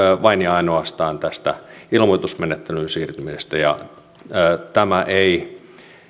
vain ja ainoastaan tästä ilmoitusmenettelyyn siirtymisestä tämä ei